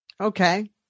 Okay